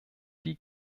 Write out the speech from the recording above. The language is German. die